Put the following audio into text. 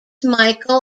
michael